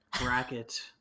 bracket